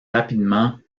rapidement